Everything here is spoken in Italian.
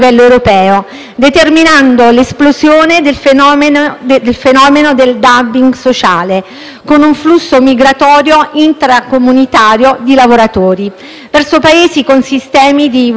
con un flusso migratorio intracomunitario di lavoratori verso Paesi con sistemi di *welfare* più generosi. Uno dei principi fondatori dell'Unione europea è la solidarietà: